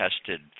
tested